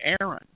Aaron